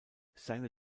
seine